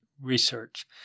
Research